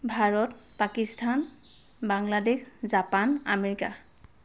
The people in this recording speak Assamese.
Bharat Pakistan Bangladesh Japan America